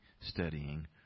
studying